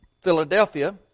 Philadelphia